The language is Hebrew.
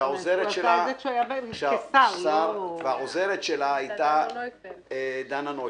כאשר העוזרת שלה הייתה דנה נויפלד.